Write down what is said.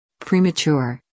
Premature